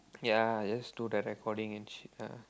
ya just do the recording and shit lah